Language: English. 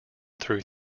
through